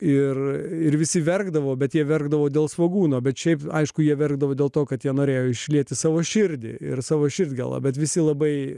ir visi verkdavo bet jie verkdavo dėl svogūno bet šiaip aišku jie verkdavo dėl to kad jie norėjo išlieti savo širdį ir savo širdgėlą bet visi labai